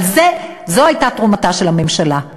אבל זו הייתה תרומתה של הממשלה.